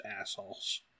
assholes